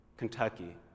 Kentucky